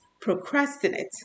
procrastinate